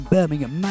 Birmingham